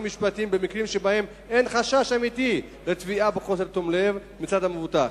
משפטיים במקרים שבהם אין חשש אמיתי לתביעה בחוסר תום לב מצד המבוטח.